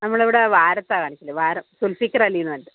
നമ്മളിവിടെ വാരത്താണ് കാണിച്ചത് വാരം സുൾഫിക്കർ അലിയെന്ന് പറഞ്ഞിട്ട്